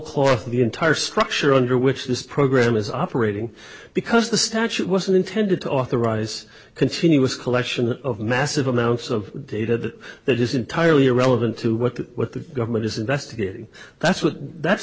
of the entire structure under which this program is operating because the statute wasn't intended to authorize continuous collection of massive amounts of data that that is entirely irrelevant to what the what the government is investigating that's what that's